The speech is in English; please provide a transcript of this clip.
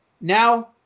Now